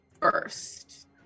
first